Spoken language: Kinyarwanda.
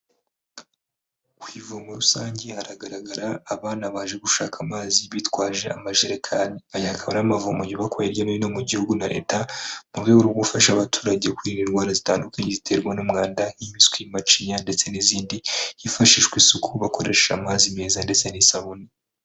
Ku ivomo rusange hagaragara abana baje gushaka amazi bitwaje amajerekani, aya akaba ari amavomo yubakwa hirya no hino mu gihugu na leta mu rwego rwo gufasha abaturage kwirinda indwara zitandukanye ziterwa n'umwanda imipiswi, macinya, ndetse n'izindi, hifashishwa isuku bakoresha amazi meza ndetse n'isabune.